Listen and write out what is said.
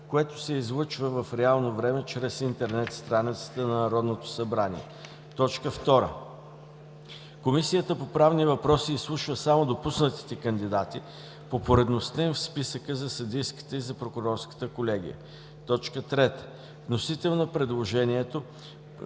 което се излъчва в реално време чрез интернет страницата на Народното събрание. 2. Комисията по правни въпроси изслушва само допуснатите кандидати по поредността им в списъка за съдийската и за прокурорската колегия. 3. Вносител на предложението